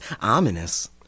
ominous